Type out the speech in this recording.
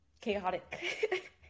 chaotic